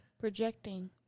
Projecting